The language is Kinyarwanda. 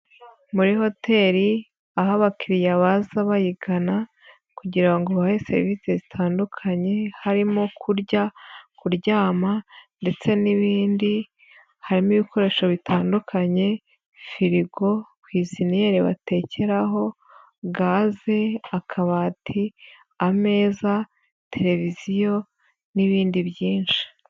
Muri hoteli aho abakiriya baza bayigana kugira ngo babahe serivisi zitandukanye harimo: kurya, kuryama ndetse n'ibindi, harimo ibikoresho bitandukanye: firigo, kwiziniyeri baterekaho gaze, akabati, ameza, televiziyo n'ibindi byinshi.